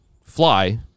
fly